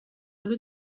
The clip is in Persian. آلو